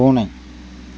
பூனை